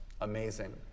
Amazing